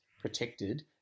protected